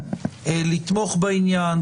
לתמוך בעניין.